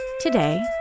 Today